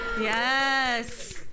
Yes